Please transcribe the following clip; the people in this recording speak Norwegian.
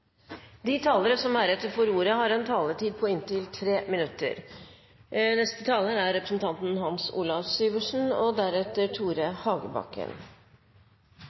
De talere som heretter får ordet, har en taletid på inntil 3 minutter. Bare noen korte bemerkninger. Først til representanten